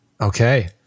Okay